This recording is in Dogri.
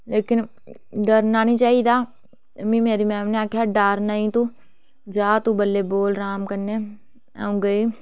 लेकिन डरना नेईं चाहिदा मिं मेरी मेम ने आखेआ डर नेईं तूं जा तूं बल्लें बोल आराम कन्नै अ'ऊं गेई